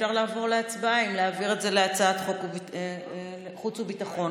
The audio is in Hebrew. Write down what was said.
אפשר לעבור להצבעה אם להעביר את זה לחוץ וביטחון.